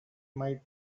might